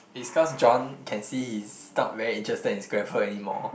is cause John can see he's not very interested in Scrabble anymore